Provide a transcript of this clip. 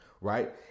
right